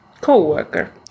co-worker